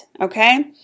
Okay